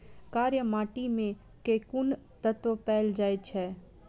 कार्य माटि मे केँ कुन तत्व पैल जाय छै?